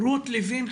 רות לוין-חן,